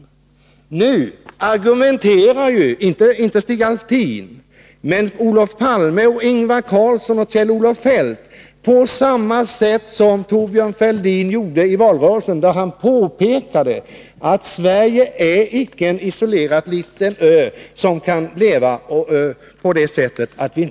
Men nu argumenterar ni —- inte Stig Alftin, men Olof Palme, Ingvar Carlsson och Kjell-Olof Feldt — på samma sätt som Thorbjörn Fälldin gjorde i valrörelsen, då han påpekade att vi i Sverige icke lever isolerade på en liten ö utan är beroende av den internationella konjunkturen.